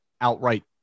outright